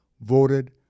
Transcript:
voted